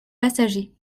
passagers